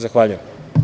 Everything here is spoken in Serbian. Zahvaljujem.